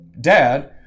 dad